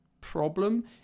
problem